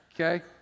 Okay